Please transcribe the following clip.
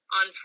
on